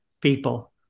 people